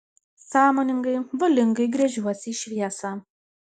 sąmoningai valingai gręžiuosi į šviesą